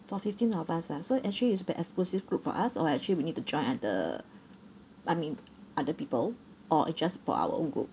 for fifteen of us lah so actually it's an exclusive group for us or actually we need to join other I mean other people or it's just for our own group